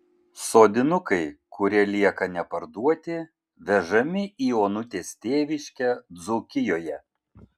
sodinukai kurie lieka neparduoti vežami į onutės tėviškę dzūkijoje